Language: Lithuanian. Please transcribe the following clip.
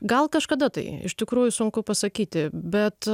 gal kažkada tai iš tikrųjų sunku pasakyti bet